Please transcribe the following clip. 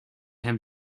him